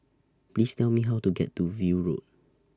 Please Tell Me How to get to View Road